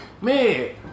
man